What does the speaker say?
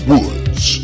Woods